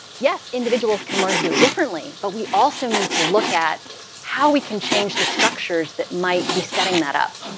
yes, individuals can learn to do it differently, but we also need to look at how we can change the structures that might be setting that up.